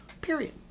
Period